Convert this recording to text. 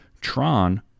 Tron